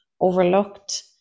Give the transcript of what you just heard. overlooked